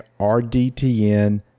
RDTN